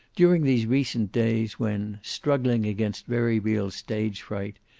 during these recent days when, struggling against very real stage fright,